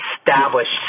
established